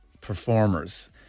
performers